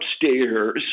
upstairs